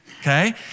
Okay